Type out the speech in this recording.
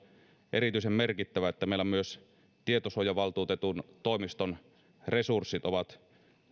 erityisen merkittävää että meillä myös tietosuojavaltuutetun toimiston resurssit ovat